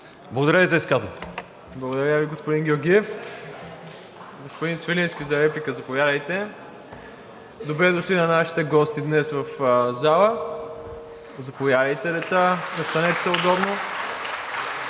МИРОСЛАВ ИВАНОВ: Благодаря Ви, господин Георгиев. Господин Свиленски, за реплика, заповядайте. Добре дошли на нашите гости днес в залата. Заповядайте, деца, настанете се удобно.